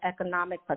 economic